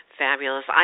fabulous